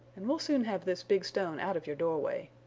and we'll soon have this big stone out of your doorway,